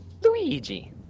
Luigi